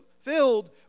filled